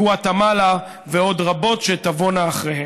גואטמלה ועוד רבות שתבואנה אחריהן.